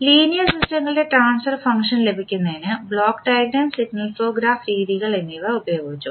linear സിസ്റ്റങ്ങളുടെ transfer function ലഭിക്കുന്നതിന് block diagram signal flow graph രീതികൾ എന്നിവ ഉപയോഗിച്ചു